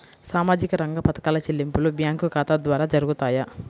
సామాజిక రంగ పథకాల చెల్లింపులు బ్యాంకు ఖాతా ద్వార జరుగుతాయా?